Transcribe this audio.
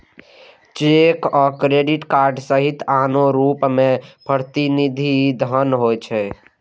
cheque आ credit card सहित आनो रूप मे प्रतिनिधि धन होइ छै